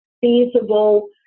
feasible